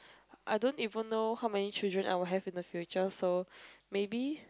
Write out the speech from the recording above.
I don't even know how many children I will have in the future so maybe